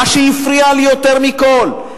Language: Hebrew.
שהפריע יותר מכול,